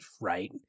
right